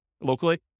locally